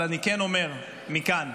אבל כן אומר מכאן: